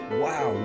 wow